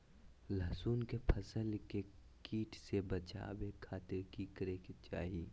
लहसुन के फसल के कीट से बचावे खातिर की करे के चाही?